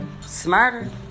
smarter